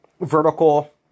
vertical